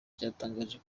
ryatangaje